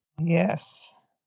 Yes